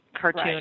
cartoon